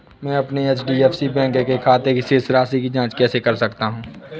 मैं अपने HDFC bank के खाते की शेष राशि की जाँच कैसे कर सकता हूँ?